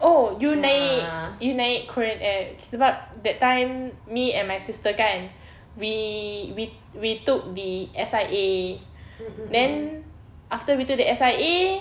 oh you naik you naik Korean Air sebab that time me and my sister kan we we we took the S_I_A then after we took the S_I_A